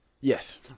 Yes